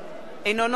אינו נוכח